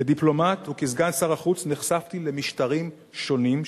כדיפלומט וכסגן שר החוץ נחשפתי למשטרים שונים,